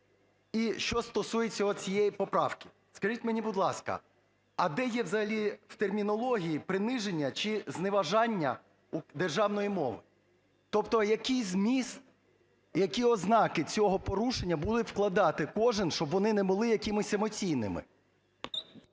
І що стосується от цієї поправки, скажіть мені, будь ласка, а де є взагалі в термінології "приниження" чи "зневажання державної мови"? Тобто який зміст, які ознаки цього порушення буде вкладати кожен, щоб вони не були якимось емоційними?